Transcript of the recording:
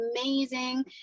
amazing